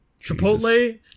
Chipotle